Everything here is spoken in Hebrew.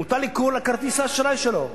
מוטל עיקול על כרטיס האשראי שלו.